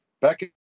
Back